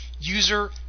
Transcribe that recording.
User